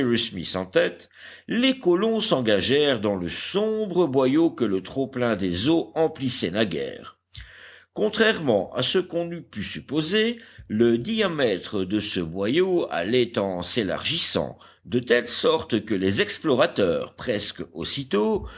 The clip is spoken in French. en tête les colons s'engagèrent dans le sombre boyau que le trop-plein des eaux emplissait naguère contrairement à ce qu'on eût pu supposer le diamètre de ce boyau allait en s'élargissant de telle sorte que les explorateurs presque aussitôt